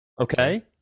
Okay